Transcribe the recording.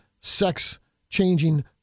sex-changing